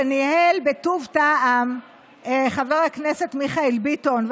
שניהל בטוב טעם חבר הכנסת מיכאל ביטון,